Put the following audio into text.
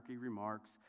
remarks